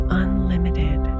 unlimited